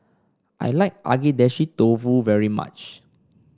I like Agedashi Dofu very much